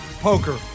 poker